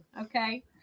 okay